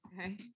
Okay